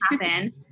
happen